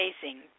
facing